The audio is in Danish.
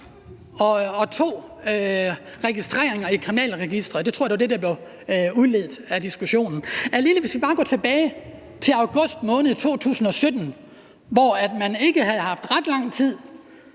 og to registreringer i Kriminalregisteret. Det tror jeg var det der blev udledt af diskussionen. Vi skal bare gå tilbage til august måned 2017, hvor man ikke havde haft ret lang tid